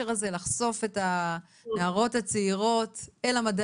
אבל אם לא אז בדיוק הקשר הזה לחשוף את הנערות הצעירות אל המדעניות,